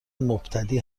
مبتدی